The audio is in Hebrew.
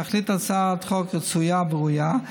תכלית הצעת החוק רצויה וראויה,